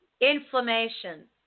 Inflammation